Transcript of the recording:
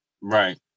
Right